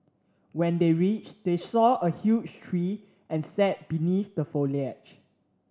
when they reached they saw a huge tree and sat beneath the foliage